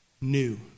New